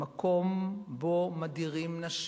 במקום שבו מדירים נשים,